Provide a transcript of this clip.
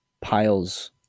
piles